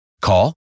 Call